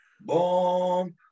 Boom